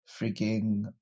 freaking